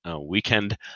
weekend